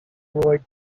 deployed